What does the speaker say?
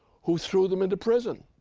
who threw them into prison,